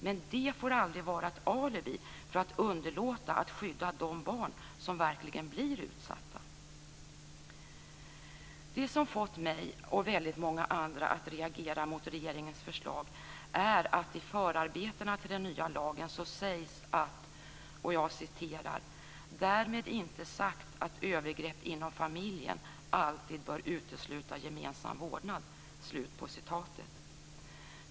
Men det får aldrig vara ett alibi för att underlåta att skydda de barn som verkligen blir utsatta. Det som har fått mig och väldigt många andra att reagera mot regeringens förslag är att det i förarbetena till den nya lagen sägs: "Därmed är inte sagt att övergrepp inom familjen alltid bör utesluta gemensam vårdnad."